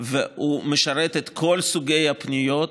והוא משרת את כל סוגי הפניות,